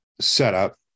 setup